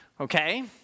okay